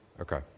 Okay